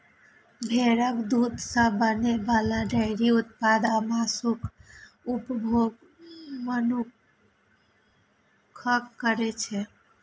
भेड़क दूध सं बनै बला डेयरी उत्पाद आ मासुक उपभोग मनुक्ख करै छै